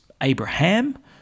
Abraham